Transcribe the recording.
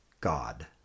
God